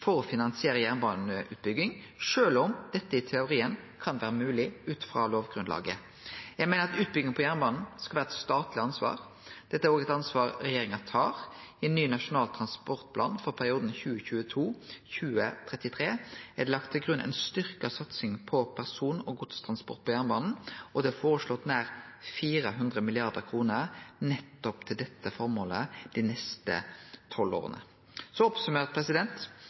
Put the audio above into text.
for å finansiere jernbaneutbygging, sjølv om dette i teorien kan vere mogleg ut frå lovgrunnlaget. Eg meiner at utbygging på jernbanen skal vere eit statleg ansvar, og dette er òg eit ansvar regjeringa tar. I ny Nasjonal transportplan for perioden 2022–2033 er det lagt til grunn ei styrkt satsing på person- og godstransport på jernbanen, og det er føreslått nær 400 mrd. kr nettopp til dette føremålet dei neste tolv åra. Oppsummert: